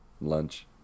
lunch